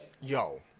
Yo